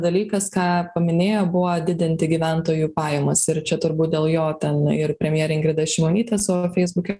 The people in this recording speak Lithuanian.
dalykas ką paminėjo buvo didinti gyventojų pajamas ir čia turbūt dėl jo ten ir premjerė ingrida šimonytė savo feisbuke